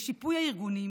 לשיפוי הארגונים